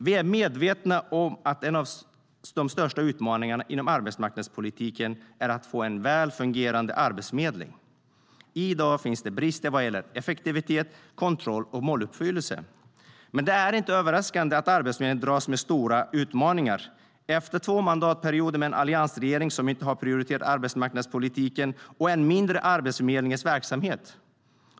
Vi är medvetna om att en av de största utmaningarna inom arbetsmarknadspolitiken är att få en väl fungerande arbetsförmedling. I dag finns det brister vad gäller effektivitet, kontroll och måluppfyllelse. Men det är inte överraskande att Arbetsförmedlingen dras med stora utmaningar efter två mandatperioder med en alliansregering som inte har prioriterat arbetsmarknadspolitiken och än mindre Arbetsförmedlingens verksamhet.